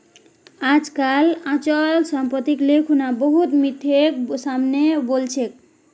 आजकल अचल सम्पत्तिक ले खुना बहुत मिथक सामने वल छेक